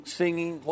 singing